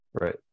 Right